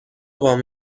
وام